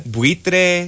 Buitre